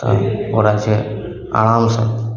खाली ओकरा छै आरामसँ